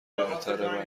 بهتره